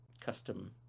custom